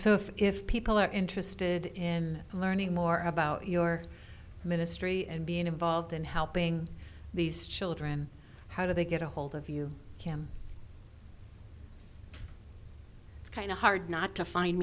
so if if people are interested in learning more about your ministry and being involved in helping these children how do they get a hold of you cam it's kind of hard not to find